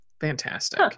fantastic